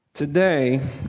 Today